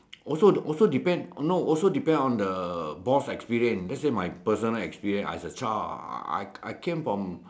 also also depend no also depend on the boss experience let say my personal experience as a child I I came from